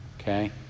Okay